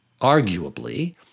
arguably